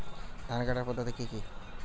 ধান কাটার পদ্ধতি কি কি?